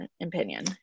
opinion